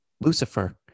Lucifer